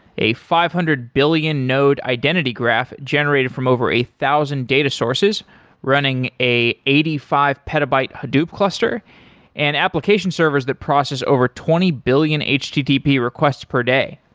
a five hundred billion node identity graph generated from over a thousand data sources running a eighty five petabyte hadoop cluster and application servers that process over twenty billion http requests per day.